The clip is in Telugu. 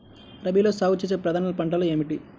రబీలో సాగు చేసే ప్రధాన పంటలు ఏమిటి?